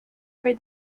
for